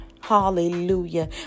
hallelujah